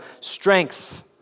strengths